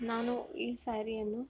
ನಾನು ಈ ಸ್ಯಾರಿಯನ್ನು